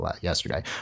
yesterday